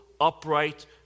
upright